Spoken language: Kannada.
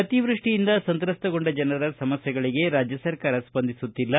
ಅತಿವೃಷ್ಷಿಯಿಂದ ಸಂತ್ರಸ್ತಗೊಂಡ ಜನರ ಸಮಸ್ಥೆಗಳಿಗೆ ರಾಜ್ಯ ಸರ್ಕಾರ ಸ್ಪಂದಿಸುತ್ತಿಲ್ಲ